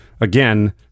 again